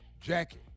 Jackie